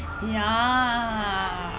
ya